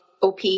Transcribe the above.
OP